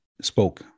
spoke